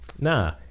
nah